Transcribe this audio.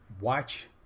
Watch